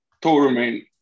tournament